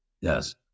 Yes